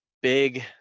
big